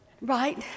right